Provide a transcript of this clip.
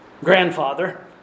grandfather